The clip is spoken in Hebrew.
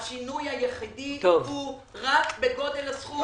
השינוי היחידי הוא רק בגובה הסכום.